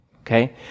okay